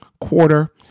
quarter